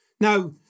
Now